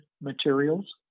materials